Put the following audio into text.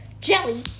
jelly